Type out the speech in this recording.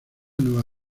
nueva